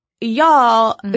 y'all